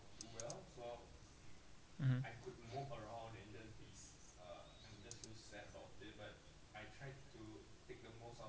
mm